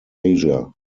asia